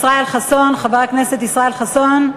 ישראל חסון, חבר הכנסת ישראל חסון,